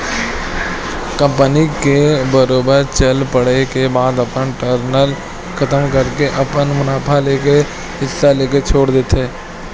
company के बरोबर चल पड़े के बाद अपन पार्टनर खतम करके अपन मुनाफा लेके हिस्सा लेके छोड़ देथे